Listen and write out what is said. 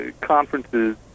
conferences